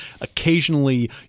occasionally